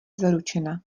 zaručena